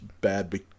bad